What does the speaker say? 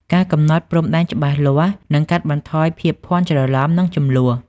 ការកំណត់ព្រំដែនច្បាស់លាស់នឹងកាត់បន្ថយភាពភ័ន្តច្រឡំ និងជម្លោះ។